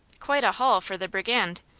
quite a haul for the brigand,